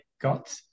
got